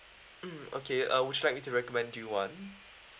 mm okay uh would you like me to recommend you one